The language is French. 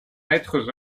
maîtres